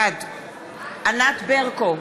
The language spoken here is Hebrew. בעד ענת ברקו,